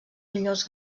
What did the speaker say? millors